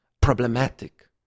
problematic